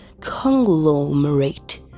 conglomerate